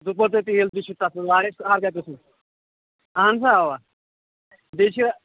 دوٚپمُو تۅہہِ تیٖل تہِ چھِ تتھ منٛز واریاہ قٕسمٕکۍ اَہَن سا اَوا بِیٚیہِ چھِ